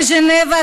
בז'נבה,